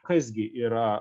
kas gi yra